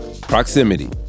Proximity